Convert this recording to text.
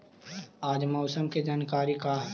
आज मौसम के जानकारी का हई?